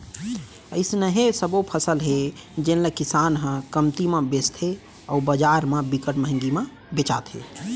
अइसने सबो फसल हे जेन ल किसान ह कमती म बेचथे अउ बजार म बिकट मंहगी म बेचाथे